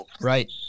right